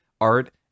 art